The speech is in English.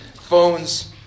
phones